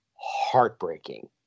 heartbreaking